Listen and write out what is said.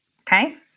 Okay